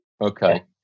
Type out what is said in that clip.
Okay